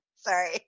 Sorry